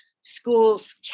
schools